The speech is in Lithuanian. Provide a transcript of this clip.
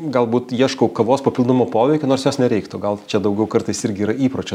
galbūt ieškau kavos papildomo poveikio nors jos nereiktų gal čia daugiau kartais irgi yra įpročio